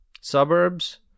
suburbs